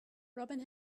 robin